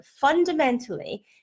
fundamentally